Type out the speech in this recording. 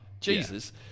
Jesus